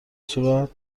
صورت